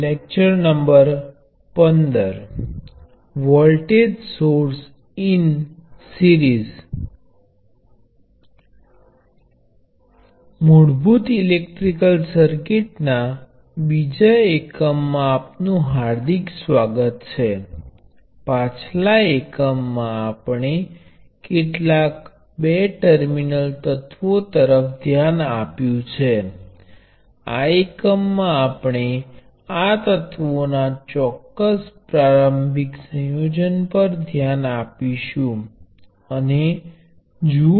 આપણે આ પહેલા બે વોલ્ટેજ સ્ત્રોત નુ શ્રેણી જોડાણ જો ગયા છીએ હવે આપણે જેટલા પણ તત્વો જાણીએ છીએ તે બધા પર વિચાર કરીએ